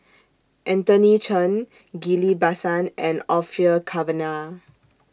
Anthony Chen Ghillie BaSan and Orfeur Cavenagh